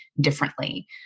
differently